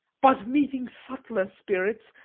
but meeting subtler spirits,